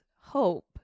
hope